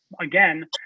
again